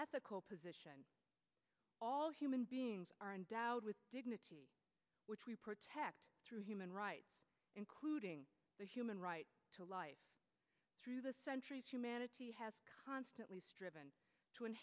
ethical position all human beings are endowed with dignity which we protect through human rights including the human right to life through the centuries humanity has constantly striven t